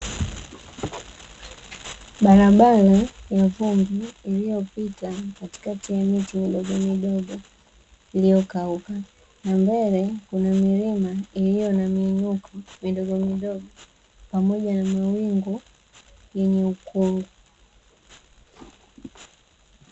Barabara ya vumbi iliyopita katikati ya miti midogo midogo, iliyokauka na mbele kuna milima iliyo na miinuko midogo midogo, pamoja na mawingu yenye ukungu.